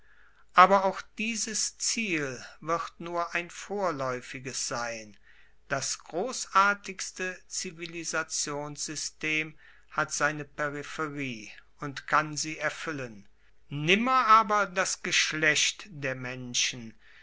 aber auch dieses ziel wird nur ein vorlaeufiges sein das grossartigste zivilisationssystem hat seine peripherie und kann sie erfuellen nimmer aber das geschlecht der menschen